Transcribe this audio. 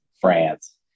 France